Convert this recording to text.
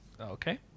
Okay